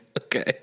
Okay